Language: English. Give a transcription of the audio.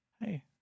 hey